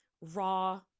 raw